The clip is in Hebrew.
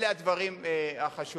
אלה הדברים החשובים,